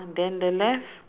then the left